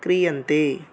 क्रियन्ते